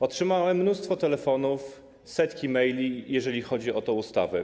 Otrzymałem mnóstwo telefonów, setki maili, jeżeli chodzi o tę ustawę.